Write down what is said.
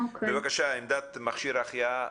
בבקשה, עמדת מכשיר החייאה.